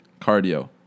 cardio